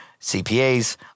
CPAs